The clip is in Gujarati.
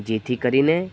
જેથી કરીને